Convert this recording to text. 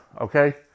okay